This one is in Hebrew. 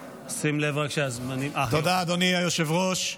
תודה, אדוני היושב-ראש.